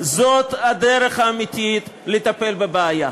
זאת הדרך האמיתית לטפל בבעיה.